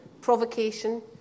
provocation